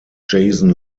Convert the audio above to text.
jason